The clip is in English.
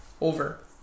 Over